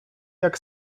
jak